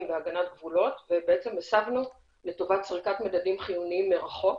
והגנת גבולות והסבנו לטובת סריקת מדדים חיוניים מרחוק.